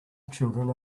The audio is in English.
children